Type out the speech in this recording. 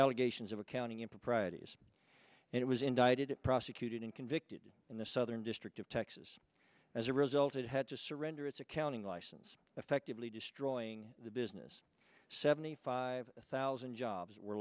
is of accounting improprieties it was indicted prosecuted and convicted in the southern district of texas as a result it had to surrender its accounting license effectively destroying the business seventy five thousand jobs were